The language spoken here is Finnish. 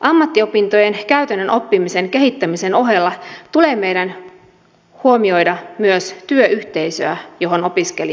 ammattiopintojen käytännön oppimisen kehittämisen ohella tulee meidän huomioida myös työyhteisöä johon opiskelija sijoittuu